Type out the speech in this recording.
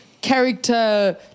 Character